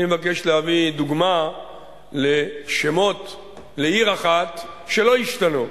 אני מבקש להביא דוגמה לשמות לעיר אחת שלא השתנו,